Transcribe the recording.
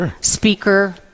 speaker